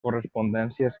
correspondència